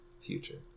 future